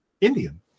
Indian